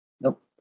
Nope